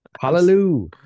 hallelujah